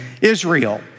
Israel